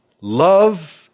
Love